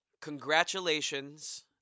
Congratulations